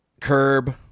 Curb